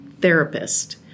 therapist